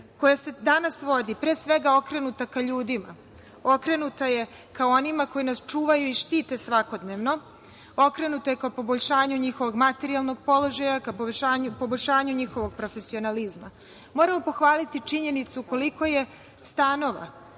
koja se danas vodi pre svega okrenuta ka ljudima. Okrenuta je ka onima koji nas čuvaju i štite svakodnevno, okrenuta je ka poboljšanju njihovog materijalnog položaja, ka poboljšanju njihovog profesionalizma. Moram pohvaliti činjenicu koliko je stanova,